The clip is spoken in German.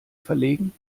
verlegen